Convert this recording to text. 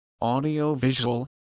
audio-visual